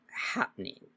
happening